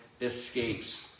escapes